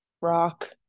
rock